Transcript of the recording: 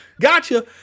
Gotcha